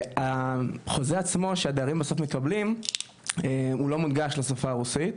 שהחוזה עצמו שהדיירים בסוף מקבלים הוא לא מונגש לשפה הרוסית,